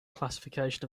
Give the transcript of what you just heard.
classification